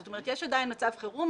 זאת אומרת, יש עדיין מצב חירום.